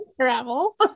Travel